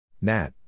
Nat